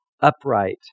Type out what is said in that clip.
upright